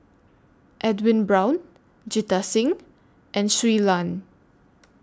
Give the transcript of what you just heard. Edwin Brown Jita Singh and Shui Lan